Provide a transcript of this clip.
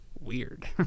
weird